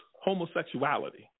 homosexuality